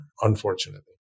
unfortunately